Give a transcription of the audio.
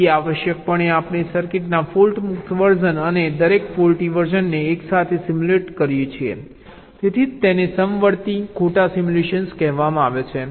તેથી આવશ્યકપણે આપણે સર્કિટના ફોલ્ટમુક્ત વર્ઝન અને દરેક ફોલ્ટી વર્ઝનને એકસાથે સિમ્યુલેટ કરીએ છીએ તેથી જ તેને સમવર્તી ખોટા સિમ્યુલેશન કહેવામાં આવે છે